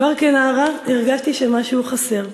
כבר כנערה הרגשתי שמשהו חסר.